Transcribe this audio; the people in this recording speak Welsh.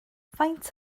faint